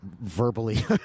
verbally